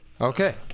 Okay